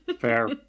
Fair